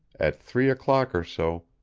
at three o'clock or so,